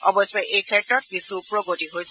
অৱশ্যে এই ক্ষেত্ৰত কিছু প্ৰগতি হৈছে